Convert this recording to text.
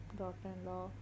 daughter-in-law